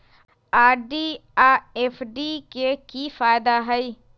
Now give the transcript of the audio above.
RD आ FD के कि फायदा हई?